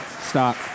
Stop